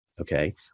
Okay